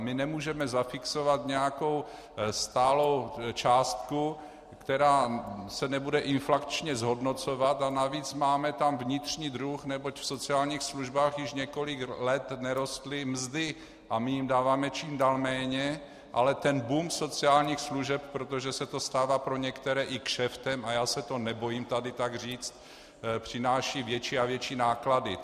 My nemůžeme zafixovat nějakou stálou částku, která se nebude inflačně zhodnocovat, a navíc tam máme vnitřní dluh, neboť v sociálních službách již několik let nerostly mzdy, a my jim dáváme čím dál méně, ale ten boom sociálních služeb, protože se to stává pro některé i kšeftem, a já se to nebojím tady tak říct, přináší větší a větší náklady.